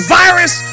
virus